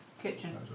Kitchen